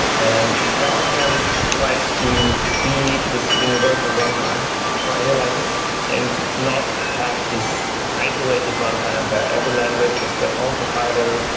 and graalvm yeah um tries to be this universal runtime for any language and not have this isolated runtime where every language has its own compiler,